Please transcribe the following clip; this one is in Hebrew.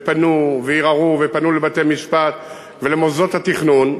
ופנו, וערערו, ופנו לבתי-משפט ולמוסדות התכנון.